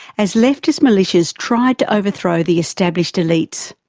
as leftist militias tried to overthrow the established elites.